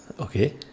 Okay